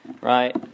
right